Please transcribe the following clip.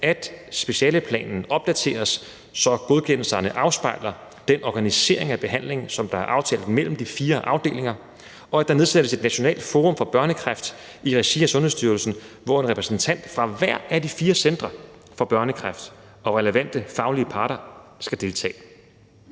at specialeplanen opdateres, så godkendelserne afspejler den organisering af behandlingen, som er aftalt mellem de fire afdelinger, og at der nedsættes et nationalt forum for børnekræft i regi af Sundhedsstyrelsen, hvor en repræsentant fra hver af de fire centre for børnekræft og relevante faglige parter skal deltage.